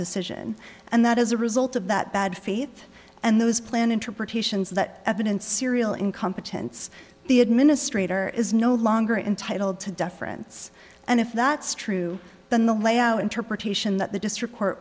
decision and that as a result of that bad faith and those planned interpretations that evidence serial incompetence the administrator is no longer entitled to deference and if that's true then the lay out interpretation that the district court